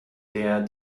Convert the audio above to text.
der